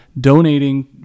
donating